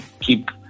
keep